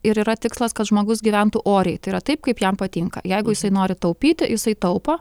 ir yra tikslas kad žmogus gyventų oriai tai yra taip kaip jam patinka jeigu jisai nori taupyti jisai taupo